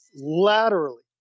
laterally